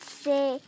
say